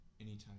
anytime